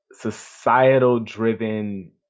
societal-driven